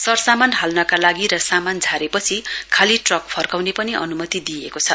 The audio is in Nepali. सरसामान हाल्नका लागि र सामान झारेपछि खाली ट्रक फर्काउने पनि अनुमति दिइएको छ